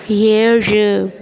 ஏழு